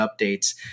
updates